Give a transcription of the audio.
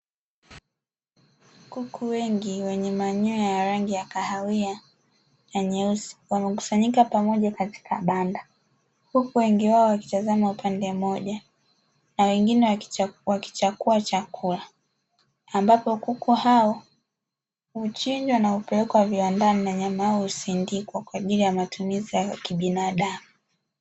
Kuku wengi wenye manyoya ya rangi ya kahawia na nyeusi wamekusanyika pamoja katika banda huku wengi wao wakitazama upande mmoja na wengine wakichakua chakula, ambapo kuku hao huchinjwa na kupelekwa viwandani na nyama yao husindikwa kwa ajili ya matumizi ya kibinadamu.